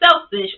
selfish